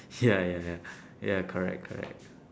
ya ya ya ya correct correct